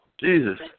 Jesus